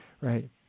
right